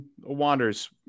Wander's